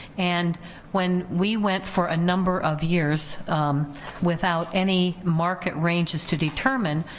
and when we went for a number of years without any market ranges to determine,